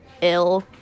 ill